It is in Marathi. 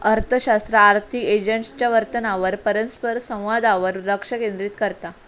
अर्थशास्त्र आर्थिक एजंट्सच्यो वर्तनावर आणि परस्परसंवादावर लक्ष केंद्रित करता